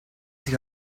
sich